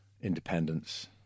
independence